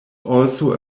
also